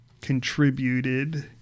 contributed